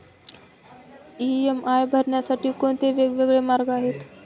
EMI भरण्यासाठी कोणते वेगवेगळे मार्ग आहेत?